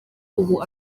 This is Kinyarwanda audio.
ubu